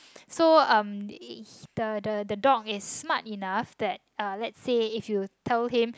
so um it the the the dog is smart enough that uh let's say if you tell him